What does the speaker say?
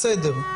בסדר,